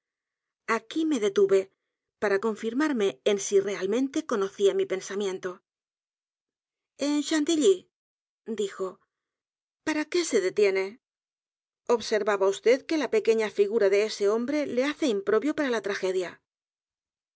aquí me detuve para confirmarme en si realmente conocía mi pensamiento en chantilly dijo p a r a qué se detiene observaba vd que la pequeña figura de ese hombre le hace impropio para la tragedia